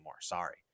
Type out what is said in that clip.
Sorry